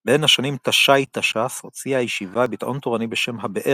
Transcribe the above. בין השנים תש"י-תש"ס הוציאה הישיבה ביטאון תורני בשם "הבאר"